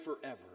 forever